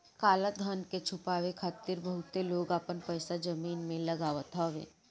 काला धन के छुपावे खातिर बहुते लोग आपन पईसा जमीन में लगावत हवे